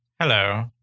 Hello